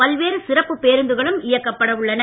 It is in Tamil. பல்வேறு சிறப்புப் பேருந்துகளும் இயக்கப்பட உள்ளன